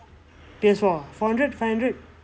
P_S four ah four hundred five hundred